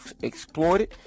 exploited